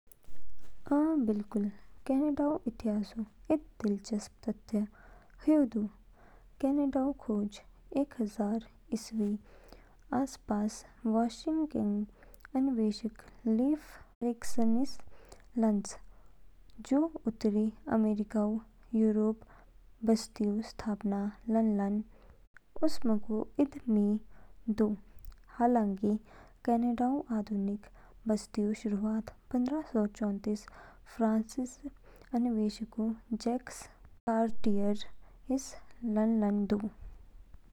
अ, बिल्कुल। कनाडाऊ इतिहासऊ इद दिलचस्प तथ्य हयू दू। कनाडाऊ खोज एक हजार ईस्वीऊ आसपास वाइकिंग अन्वेषक लीफ एरिकसन इस लानच, जू उत्तरी। अमेरिकाऊ, यूरोपीय बस्तीऊ स्थापना लानो उमसको इद मी दू। हालांकि, कनाडाऊ आधुनिक बस्तीऊ शुरुआत पंद्रह सौ चौतीसऊ फ्रांसीसी अन्वेषक जैक्स कार्टियर इस लान लान दू।